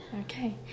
Okay